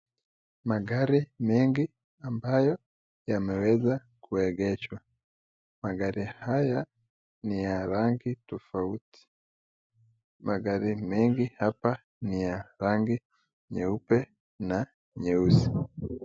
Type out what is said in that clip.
Magari mengi ambayo yameweza kuegeshwa. Magari haya ni ya rangi tofauti. Magari mengi hapa ni ya rangi nyeupe na nyeusi.